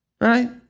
Right